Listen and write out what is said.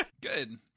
Good